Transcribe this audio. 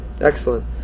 Excellent